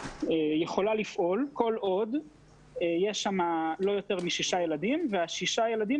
יכולה לפעול כל עוד יש שם לא יותר משישה ילדים וששת הילדים